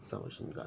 sub machine gun